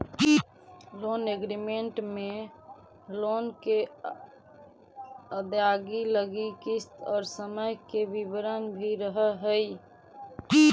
loan agreement में loan के अदायगी लगी किस्त और समय के विवरण भी रहऽ हई